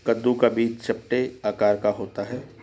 कद्दू का बीज चपटे आकार का होता है